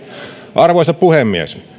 arvoisa puhemies